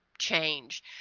change